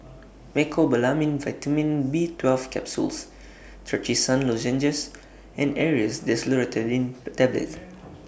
Mecobalamin Vitamin B twelve Capsules Trachisan Lozenges and Aerius DesloratadineTablets